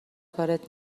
کارت